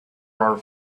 are